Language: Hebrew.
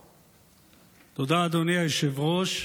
תודה, אדוני היושב-ראש.